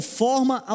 forma